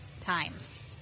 times